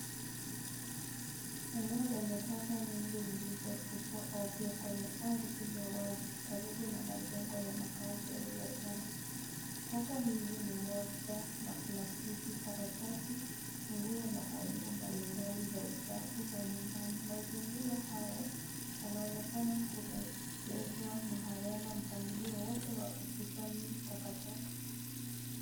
Eneo lenye taka nyingi zilizotupwa ovyo kwenye ardhi ya wazi, karibu na majengo ya makazi au biashara. Taka hizi ni moja na palastiki, karatasi, nguo, na aina mbali mbali za uchafu wa nyumbani. Mazingira haya yanaonekana kulekezwa na hayana mpangilio wowote wa ukusanyi taka taka.